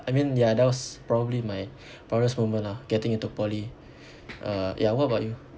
I mean ya that was probably my proudest moment lah getting into poly uh ya what about you